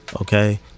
Okay